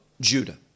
Judah